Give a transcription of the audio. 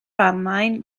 almaen